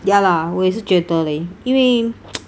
ya lah 我也是觉得 leh 因为